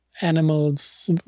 animals